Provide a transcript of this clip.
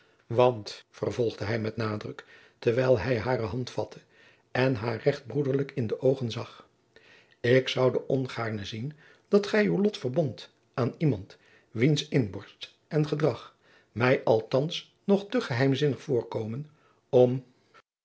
want vervolgde hij met nadruk terwijl hij hare hand vatte en haar recht broederlijk in de oogen zag ik zoude ongaarne zien dat gij uw lot verbondt aan iemand wiens inborst en gedrag mij althands nog te geheimzinnig voorkomen om